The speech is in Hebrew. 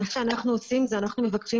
מה שאנחנו עושים זה אנחנו מבקשים